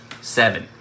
seven